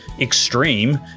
extreme